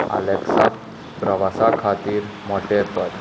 Alexa प्रवासा खातीर मोटें पद